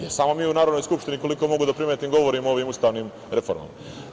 Jer, samo mi u Narodnoj skupštini, koliko mogu da primetim, govorimo o ovim ustavnim reformama.